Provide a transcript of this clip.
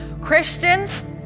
Christians